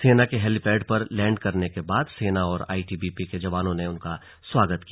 सेना के हेलीपैड पर लैंड करने के बाद सेना और आई टी बी पी के जवानों ने उनका स्वागत किया